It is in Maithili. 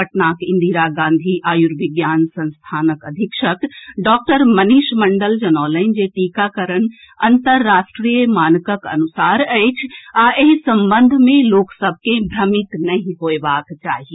पटनाक इंदिरा गांधी आयुर्विज्ञान संस्थानक अधीक्षक डॉक्टर मनीष मंडल जनौलनि जे टीकाकरण अंतराष्ट्रीय मानकक अनुसार अछि आ एहि संबंध मे लोक सभ के भ्रमित नहि होएबाक चाही